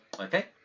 Okay